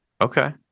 Okay